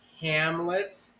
Hamlet